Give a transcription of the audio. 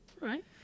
right